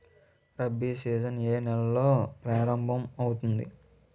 Rabi season ఏ నెలలో ప్రారంభమౌతుంది?